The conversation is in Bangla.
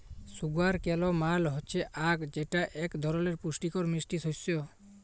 সুগার কেল মাল হচ্যে আখ যেটা এক ধরলের পুষ্টিকর মিষ্টি শস্য